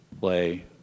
play